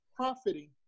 Profiting